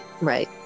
Right